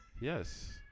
Yes